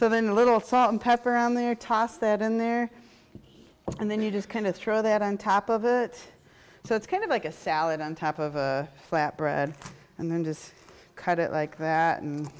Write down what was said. so then a little salt and pepper on there toss that in there and then you just kind of throw that on top of it so it's kind of like a salad on top of a flat bread and then just cut it like that